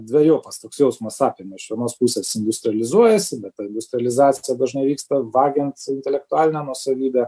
dvejopas toks jausmas apima iš vienos pusės industrializuojasi bet ta industrializacija dažnai vyksta vagiant intelektualinę nuosavybę